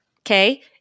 okay